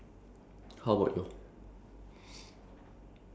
uh not bit tired superpowers